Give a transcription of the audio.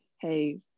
hey